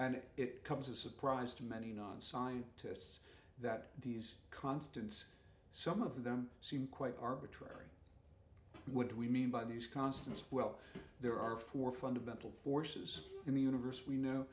and it comes as a surprise to many non scientists that these constants some of them seem quite arbitrary what do we mean by these constants well there are four fundamental forces in the universe we know